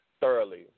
thoroughly